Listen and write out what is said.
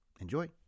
Enjoy